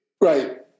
right